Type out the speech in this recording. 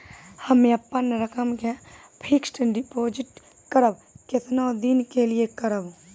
हम्मे अपन रकम के फिक्स्ड डिपोजिट करबऽ केतना दिन के लिए करबऽ?